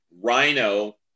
rhino